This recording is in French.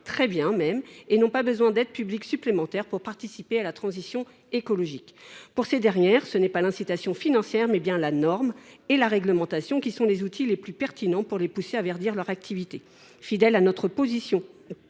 très bien, même !– et n’ont pas besoin d’aides publiques supplémentaires pour participer à la transition écologique. Pour ces dernières, ce n’est pas l’incitation financière, mais c’est bien la norme et la réglementation qui sont les outils les plus pertinents pour les pousser à verdir leurs activités. Fidèles à notre position